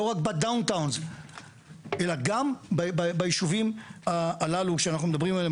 לא רק ב-downtowns אלא גם ביישובים הללו שאנחנו מדברים עליהם,